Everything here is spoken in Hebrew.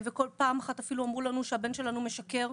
שנתיים פנינו ופעם אחת אפילו אמרו לנו שהבן שלנו משקר.